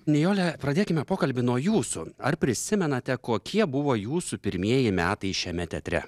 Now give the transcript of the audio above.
nijole pradėkime pokalbį nuo jūsų ar prisimenate kokie buvo jūsų pirmieji metai šiame teatre